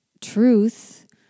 truth